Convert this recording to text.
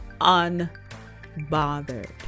unbothered